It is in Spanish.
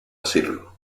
asirlo